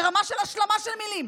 ברמה של השלמה של מילים,